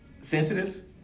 sensitive